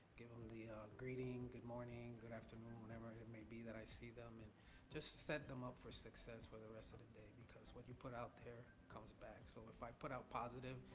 give em the greeting, good morning, good afternoon, whenever it may be that i see them, and just set them up for success for the rest of the day because what you put out there comes back, so if i put out positive,